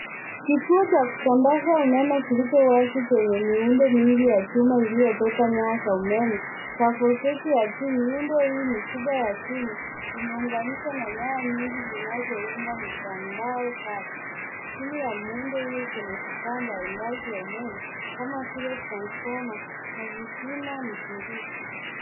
Kituo cha kusambaza umeme kilicho wazi chenye miundo mingi ya chuma iliyo beba nyaya za umeme za voltage ya juu. Muindo hii mikubwa ya chuma imeunganishwa na nyaya nyingi zinazo unda mitandao tata. Chini ya muundo hii kuna vifaa mbali mbali vya umeme kama vile transformer na visima mzunguko.